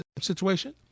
situation